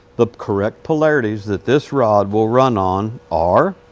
the correct polarities that this rod will run on are